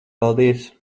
paldies